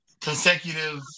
consecutive